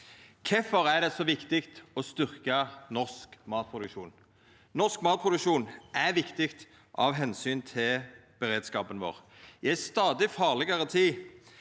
Kvifor er det så viktig å styrkja norsk matproduksjon? Jo, norsk matproduksjon er viktig av omsyn til beredskapen vår. I ei stadig farlegare tid